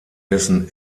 dessen